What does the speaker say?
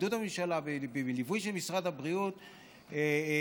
בעידוד הממשלה ובליווי של משרד הבריאות וכו'.